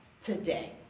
today